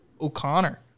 O'Connor